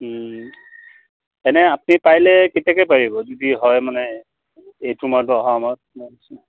এনে আপুনি পাৰিলে কেতিয়াকৈ পাৰিব যদি হয় মানে এইটো মাহত বা অহা মাহত